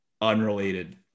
unrelated